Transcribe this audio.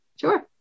Sure